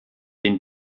den